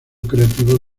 creativo